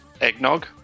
eggnog